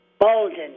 Bolden